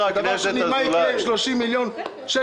מהרשויות המקומיות -- 450 מיליון.